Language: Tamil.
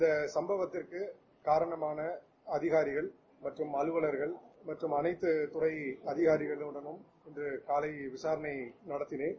இந்த சம்பவத்திற்கு காரணமான அதிகாரிகள் மற்றும் அலுவலர்கள் மற்றும் அனைத்துத்துறை அதிகாரிகளுடனும் விசாரணை நடத்தினேன்